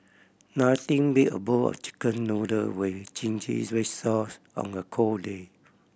nothing beat a bowl of Chicken Noodle with zingy red sauce on a cold day